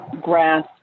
grass